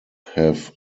have